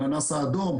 הננס האדום,